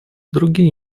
другие